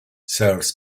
serves